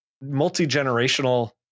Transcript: multi-generational